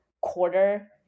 quarter